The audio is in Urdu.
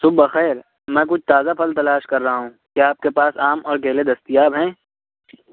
صبح بخیر میں کچھ تازہ پھل تلاش کر رہا ہوں کیا آپ کے پاس آم اور کیلے دستیاب ہیں